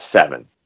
Seven